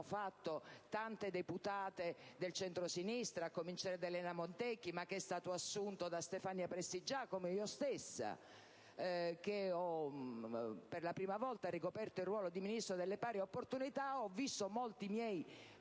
svolto tante deputate del centrosinistra, a cominciare da Elena Montecchi, ma che è stato poi assunto da Stefania Prestigiacomo. Io stessa che per la prima volta ho ricoperto il ruolo di Ministro per le pari opportunità ho visto molti miei